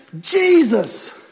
Jesus